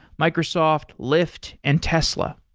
microsoft, lyft and tesla.